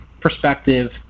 perspective